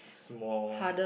small